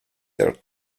their